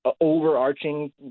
Overarching